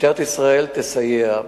משטרת ישראל תסייע,